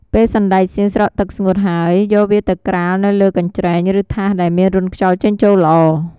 ពេលសណ្ដែកសៀងស្រស់ទឹកស្ងួតហើយ យកវាទៅក្រាលនៅលើកញ្ច្រែង ឬថាសដែលមានរន្ធខ្យល់ចេញចូលល្អ។